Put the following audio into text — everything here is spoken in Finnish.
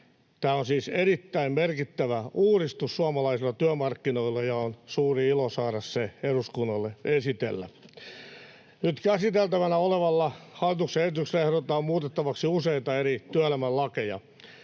Tämä on siis erittäin merkittävä uudistus suomalaisilla työmarkkinoilla, ja on suuri ilo saada se eduskunnalle esitellä. Nyt käsiteltävänä olevalla hallituksen esityksellä ehdotetaan muutettavaksi useita eri työelämän lakeja.